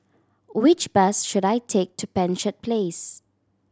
which bus should I take to Penshurst Place